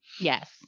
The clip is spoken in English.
Yes